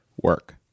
work